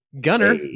Gunner